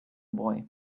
boy